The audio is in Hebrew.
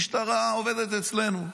המשטרה עובדת אצלנו.